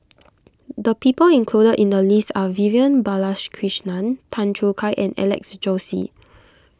the people included in the list are Vivian Balakrishnan Tan Choo Kai and Alex Josey